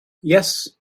yes